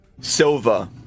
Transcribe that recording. Silva